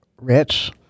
rich